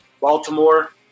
Baltimore